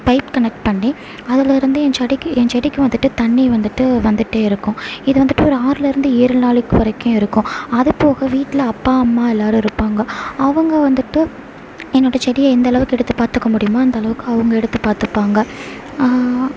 pipe connect பண்ணி அதுலேயிருந்து என் செடிக்கு என் செடிக்கு வந்துட்டு தண்ணி வந்துட்டு வந்துட்டே இருக்கும் இது வந்துட்டு ஒரு ஆறுலேயிருந்து ஏழு நாள் வரைக்கும் இருக்கும் அதுபோக வீட்டில அப்பா அம்மா எல்லாரும் இருப்பாங்க அவங்க வந்துட்டு என்னோடய செடியை இந்த அளவுக்கு எடுத்து பார்த்துக்க முடியுமா அந்த அளவுக்கு அவங்க எடுத்து பார்த்துப்பாங்க